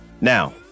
Now